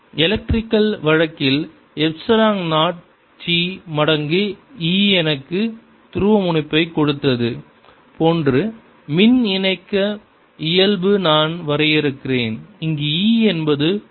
electrical வழக்கில் epsilon naught chi மடங்கு e எனக்கு துருவமுனைப்பைக் கொடுத்தது போன்று மின் இணைக்க இயல்பு நான் வரையறுக்கிறேன் இங்கு e என்பது புலம்